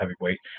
heavyweight